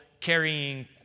carrying